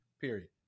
Period